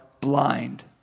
blind